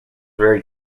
very